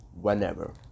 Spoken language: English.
whenever